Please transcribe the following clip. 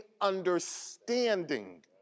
understanding